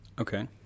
Okay